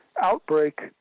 outbreak